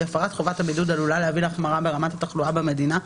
הפרת חובת הבידוד עלולה להביא להחמרה ברמת התחלואה במדינה,